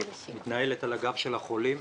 שמתנהל על הגב של החולים,